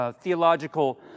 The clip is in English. theological